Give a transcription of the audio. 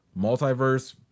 multiverse